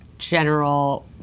general